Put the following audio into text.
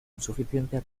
insuficiencia